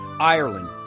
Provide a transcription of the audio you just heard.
Ireland